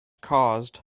caused